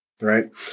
Right